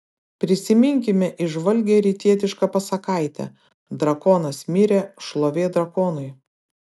prisiminkime įžvalgią rytietišką pasakaitę drakonas mirė šlovė drakonui